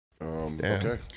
Okay